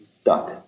stuck